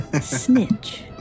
Snitch